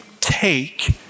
take